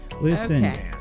Listen